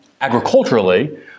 agriculturally